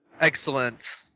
Excellent